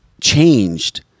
changed